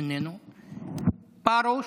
איננו, פרוש,